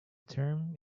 term